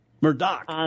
Murdoch